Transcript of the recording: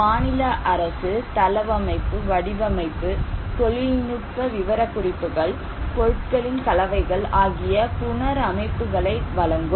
மாநில அரசு தளவமைப்பு வடிவமைப்பு தொழில்நுட்ப விவரக்குறிப்புகள் பொருட்களின் கலவைகள் ஆகிய புனரமைப்புகளை வழங்கும்